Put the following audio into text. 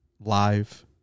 live